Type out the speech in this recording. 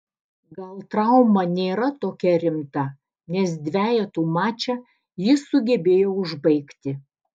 gal trauma nėra tokia rimta nes dvejetų mačą jis sugebėjo užbaigti